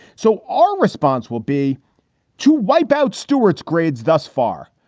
so all response will be to wipe out stewart's grades thus far,